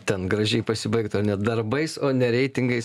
ten gražiai pasibaigti ar ne darbais o ne reitingais